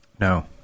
No